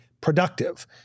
productive